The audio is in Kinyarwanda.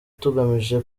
tugamije